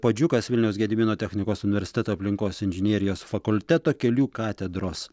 puodžiukas vilniaus gedimino technikos universiteto aplinkos inžinerijos fakulteto kelių katedros